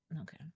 Okay